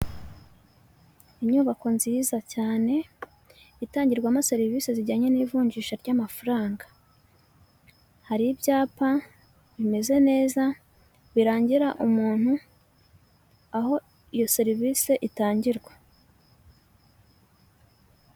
Inyubako nziza cyane itangirwamo serivisi zijyanye n'ivunjisha ry'amafaranga, hari ibyapa bimeze neza birangira umuntu aho iyo serivisi itangirwa.